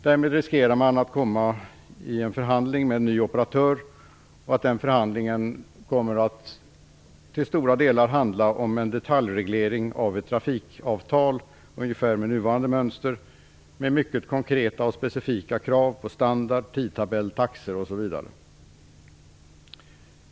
Därmed riskerar man att de kommande förhandlingarna med en ny operatör till stor del kommer att handla om en detaljreglering av ett trafikavtal, med ungefär nuvarande mönster, med konkreta och specifika krav på standard, tidtabell, taxor, osv.